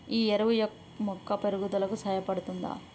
ఈ ఎరువు మొక్క పెరుగుదలకు సహాయపడుతదా?